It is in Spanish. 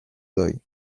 doy